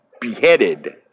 beheaded